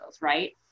right